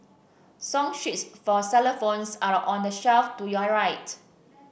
song sheets for xylophones are on the shelf to your right